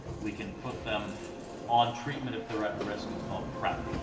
we can put them on treatment if they're at risk. it's called prep.